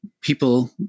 people